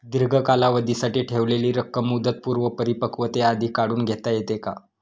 दीर्घ कालावधीसाठी ठेवलेली रक्कम मुदतपूर्व परिपक्वतेआधी काढून घेता येते का?